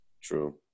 True